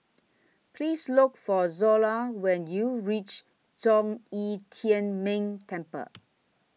Please Look For Zola when YOU REACH Zhong Yi Tian Ming Temple